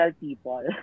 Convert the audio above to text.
people